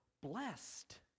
Blessed